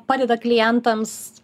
padeda klientams